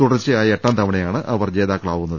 തുടർച്ചയായ എട്ടാം തവണയാണ് അവർ ജേതാക്കളാവുന്നത്